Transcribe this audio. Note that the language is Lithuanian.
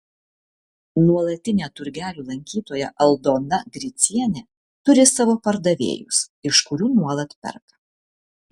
nuolatinė turgelių lankytoja aldona gricienė turi savo pardavėjus iš kurių nuolat perka